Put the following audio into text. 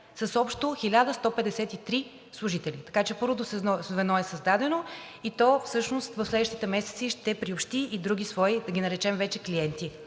с общо 1153 служители. Така че първото звено е създадено и то всъщност в следващите месеци ще приобщи и други свои, да ги наречем вече, клиенти,